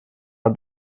und